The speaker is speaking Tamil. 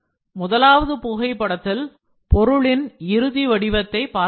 முதலாவது புகைப்படத்தில் பொருளின் இறுதி வடிவத்தை பார்க்கலாம்